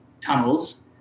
tunnels